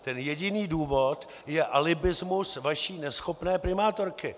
Ten jediný důvod je alibismus vaší neschopné primátorky.